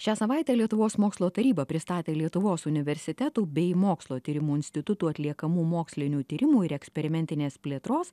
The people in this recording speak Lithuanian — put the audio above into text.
šią savaitę lietuvos mokslo taryba pristatė lietuvos universitetų bei mokslo tyrimų institutų atliekamų mokslinių tyrimų ir eksperimentinės plėtros